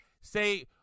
Say